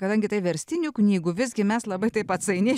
kadangi tai verstinių knygų visgi mes labai taip atsainiai